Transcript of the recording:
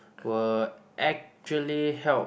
were actually held